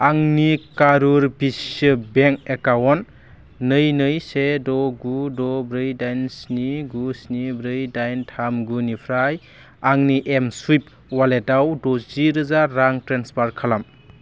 आंनि कारुर भिस्या बेंक एकाउन्ट नै नै से द' गु द' ब्रै दाइन स्नि गु स्नि ब्रै दाइन थाम गुनिफ्राय आंनि एमस्वुइफ अवालेटाव द'जिरोजा रां ट्रेन्सफार खालाम